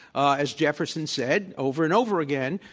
as jefferson said over and over again,